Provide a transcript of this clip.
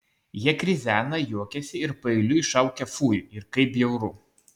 jie krizena juokiasi ir paeiliui šaukia fui ir kaip bjauru